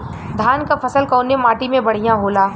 धान क फसल कवने माटी में बढ़ियां होला?